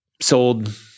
sold